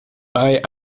bei